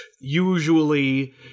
usually